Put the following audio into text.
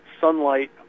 sunlight